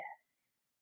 Yes